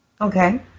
Okay